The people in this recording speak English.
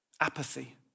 apathy